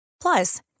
Plus